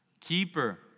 keeper